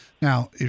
Now